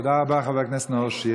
תודה רבה, חבר הכנסת נאור שירי.